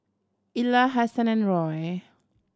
Ilah Hasan and Roy